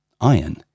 iron